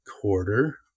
quarter